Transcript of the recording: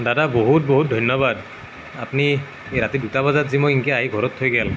দাদা বহুত বহুত ধন্যবাদ আপুনি এই ৰাতি দুটা বজাত যে মোক এনেকৈ আনি ঘৰত থৈ গ'ল